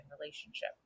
relationship